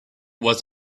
was